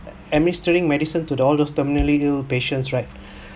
administering medicine to all those terminally ill patients right